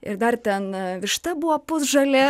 ir dar ten višta buvo pusžalė